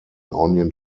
onion